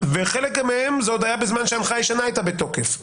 חלק מהם עוד בזמן שההנחיה הישנה הייתה בתוקף,